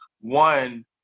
one